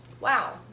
Wow